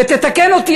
ותתקן אותי,